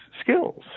skills